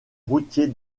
routiers